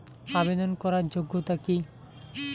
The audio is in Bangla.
আবেদন করার যোগ্যতা কি?